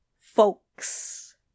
Folks